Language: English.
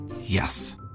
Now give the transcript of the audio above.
Yes